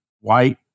white